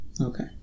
Okay